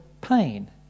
pain